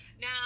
Now